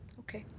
okay.